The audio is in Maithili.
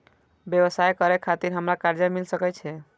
व्यवसाय करे खातिर हमरा कर्जा मिल सके छे?